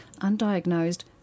undiagnosed